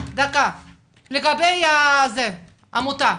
לגבי העמותה,